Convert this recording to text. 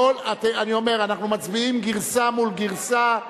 אני אומר: אנחנו מצביעים גרסה מול גרסה.